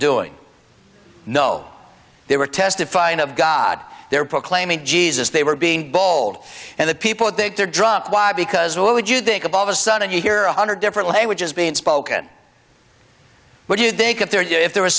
doing no they were testifying of god they were proclaiming jesus they were being bold and the people they dropped by because what would you think of all of a sudden you hear a hundred different languages being spoken what do you think of there if there was